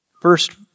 First